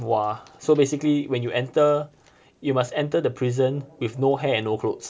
!wah! so basically when you enter you must enter the prison with no hair and no clothes